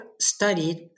studied